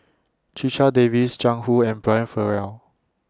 Checha Davies Jiang Hu and Brian Farrell